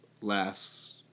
lasts